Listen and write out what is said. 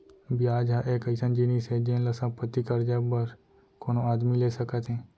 बियाज ह एक अइसन जिनिस हे जेन ल संपत्ति, करजा बर कोनो आदमी ले सकत हें